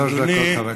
לרשותך.